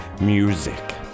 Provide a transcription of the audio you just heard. Music